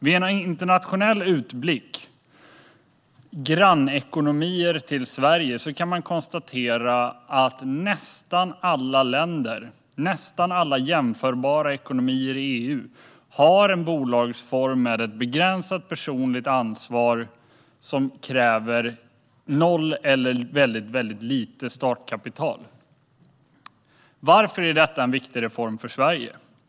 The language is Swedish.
Vid en internationell utblick över grannekonomier till Sverige kan man konstatera att nästan alla länder och nästan alla jämförbara ekonomier i EU har en bolagsform som innebär ett begränsat personligt ansvar och kräver noll eller väldigt lite i startkapital. Varför är detta en viktig reform för Sverige?